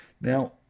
Now